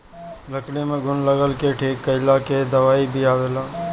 लकड़ी में घुन लगला के ठीक कइला के दवाई भी आवेला